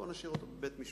בואו נשאיר אותו בבית-המשפט,